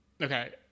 Okay